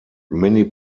many